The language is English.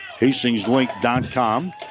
hastingslink.com